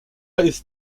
ist